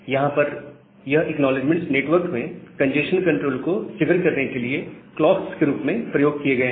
यहां पर यह एक्नॉलेजमेंट्स नेटवर्क में कंजेस्शन कंट्रोल को ट्रिगर करने के लिए क्लॉक्स के रूप में प्रयोग किए गए हैं